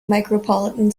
micropolitan